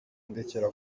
ndekera